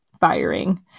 firing